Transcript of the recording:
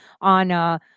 on